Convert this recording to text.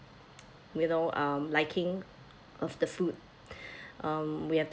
you know um liking of the food um we have